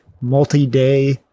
multi-day